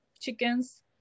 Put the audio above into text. chickens